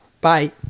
Bye